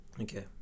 Okay